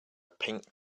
pink